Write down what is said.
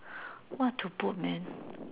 what to put man